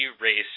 race